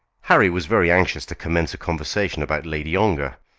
harry was very anxious to commence a conversation about lady ongar,